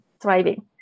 thriving